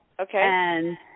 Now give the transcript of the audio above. Okay